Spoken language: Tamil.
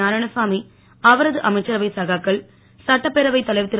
நாராயணசாமி அவரது அமைச்சரவை சகாக்கள் சட்டப்பேரவைத் தலைவர் திரு